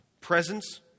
presence